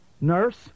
Nurse